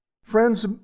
Friends